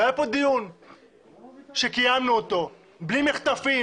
היה כאן דיון שקיימנו אותו בלי מחטפים